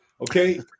Okay